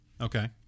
Okay